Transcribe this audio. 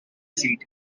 seat